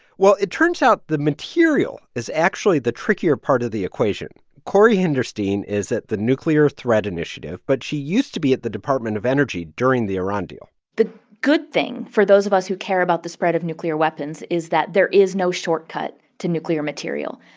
well, it turns out the material is actually the trickier part of the equation. corey hinderstein is at the nuclear threat initiative, but she used to be at the department of energy during the iran deal the good thing for those of us who care about the spread of nuclear weapons is that there is no shortcut to nuclear material.